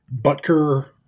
Butker